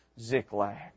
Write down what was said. Ziklag